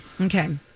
Okay